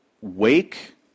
wake